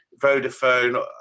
Vodafone